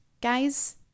guys